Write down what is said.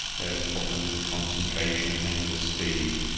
there are problems with concentration and mental speed,